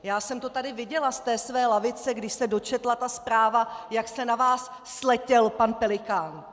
Já jsem to tady viděla ze své lavice, když se dočetla ta zpráva, jak se na vás sletěl pan Pelikán.